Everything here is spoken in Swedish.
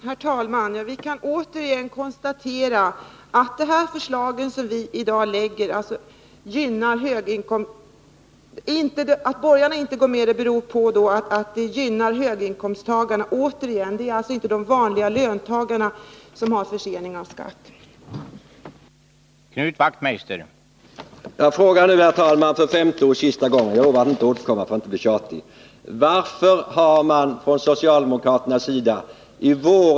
Herr talman! Vi kan åter konstatera att de förslag som vi i dag framlägger inte biträds av de borgerliga ledamöterna. Att borgarna inte går med på förslagen beror på att de gynnar höginkomsttagarna — det är alltså inte de vanliga löntagarna som har försening av skatteinbetalning.